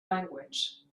language